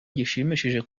gishimishije